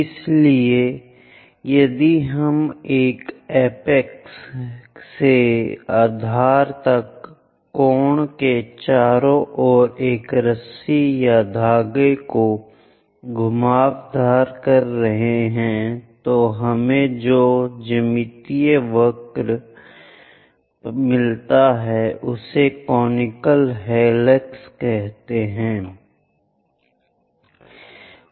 इसलिए यदि हम एपेक्स से आधार तक कोण के चारों ओर एक रस्सी या धागे को घुमावदार कर रहे हैं तो हमें जो ज्यामितीय वक्र मिलता है उसे कोनिकल हेलिक्स कहा जाता है